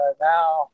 now